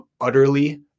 utterly